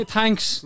thanks